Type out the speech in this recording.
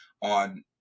on